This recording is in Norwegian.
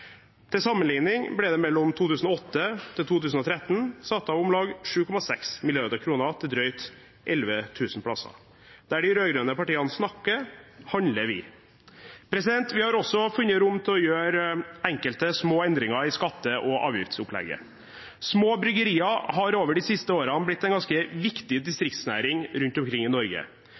Til sammenligning ble det mellom 2008 og 2013 satt av om lag 7,6 mrd. kr til drøyt 11 000 plasser. Der de rød-grønne partiene snakker, handler vi. Vi har også funnet rom til å gjøre enkelte små endringer i skatte- og avgiftsopplegget. Små bryggerier har over de siste årene blitt en ganske viktig distriktsnæring rundt omkring i Norge.